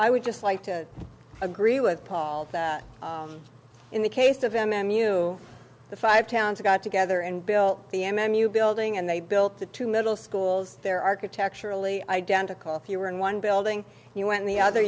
i would just like to agree with paul in the case of m m u the five towns got together and built the m m u building and they built the two middle schools there architecturally identical if you were in one building you went the other